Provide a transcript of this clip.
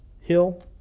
hill